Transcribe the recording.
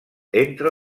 entre